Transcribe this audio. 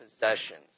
possessions